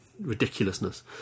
ridiculousness